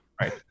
Right